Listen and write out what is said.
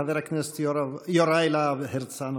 חבר הכנסת יוראי להב הרצנו.